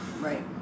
right